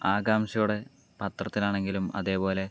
ആകാംഷയോടെ പത്രത്തിലാണെങ്കിലും അതേപോലെ